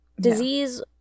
Disease